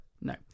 No